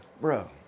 Bro